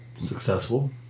successful